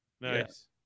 nice